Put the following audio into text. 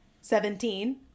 Seventeen